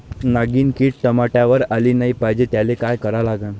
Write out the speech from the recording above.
नागिन किड टमाट्यावर आली नाही पाहिजे त्याले काय करा लागन?